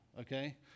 okay